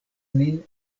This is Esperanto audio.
nin